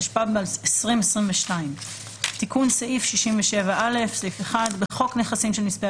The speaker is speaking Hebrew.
התשפ"ב 2022 תיקון סעיף 67א 1. בחוק נכסים של נספי